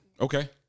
Okay